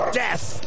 death